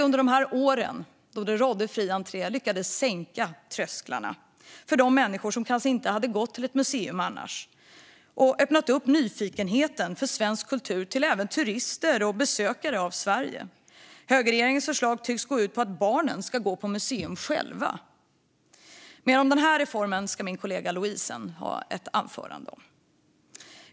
Under åren med fri entré lyckades vi sänka trösklarna för de människor som kanske inte hade gått till ett museum annars och väckte även nyfikenheten för svensk kultur hos turister och andra Sverigebesökare. Högerregeringens förslag tycks gå ut på att barnen ska på museum själva. Denna reform kommer min kollega Louise att tala mer om i sitt anförande.